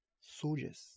soldiers